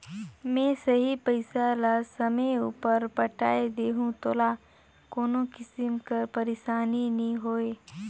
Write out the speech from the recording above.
में सही पइसा ल समे उपर पटाए देहूं तोला कोनो किसिम कर पइरसानी नी होए